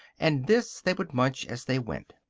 and this they would munch as they went.